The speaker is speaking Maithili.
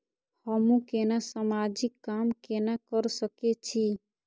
हमू केना समाजिक काम केना कर सके छी?